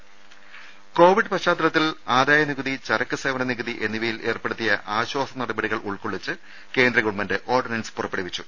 രുര കോവിഡ് പശ്ചാത്തലത്തിൽ ആദായനികുതി ചരക്കു സേവന നികുതി എന്നിവയിൽ ഏർപ്പെടുത്തിയ ആശ്വാസ നടപടികൾ ഉൾക്കൊള്ളിച്ച് കേന്ദ്ര ഗവൺമെന്റ് ഓർഡിനൻസ് പുറപ്പെടുവിച്ചു